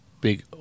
big